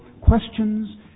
questions